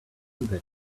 that